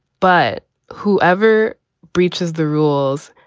but whoever breaches the rules,